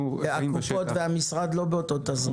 הקופות והמשרד לא באותו תזרים.